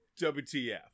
WTF